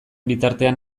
bitartean